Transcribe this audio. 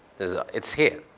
it's here.